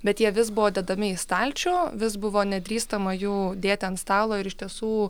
bet jie vis buvo dedami į stalčių vis buvo nedrįstama jų dėti ant stalo ir iš tiesų